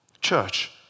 Church